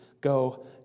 Go